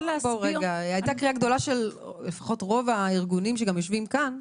שלכם, לפחות של רוב הארגונים שיושבים פה.